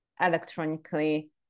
electronically